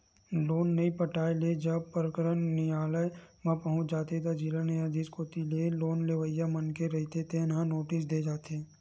loan नइ पटाए ले जब प्रकरन नियालय म पहुंच जाथे त जिला न्यायधीस कोती ले लोन लेवइया मनखे रहिथे तेन ल नोटिस दे जाथे